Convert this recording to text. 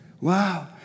Wow